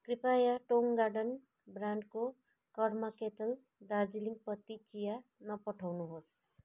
कृपया टोङ गार्डन ब्रान्डको कर्मा केटल दार्जिलिङ पत्ती चिया नपठाउनुहोस्